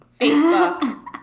Facebook